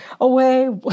away